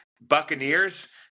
Buccaneers